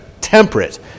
temperate